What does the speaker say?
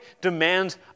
demands